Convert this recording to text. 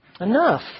Enough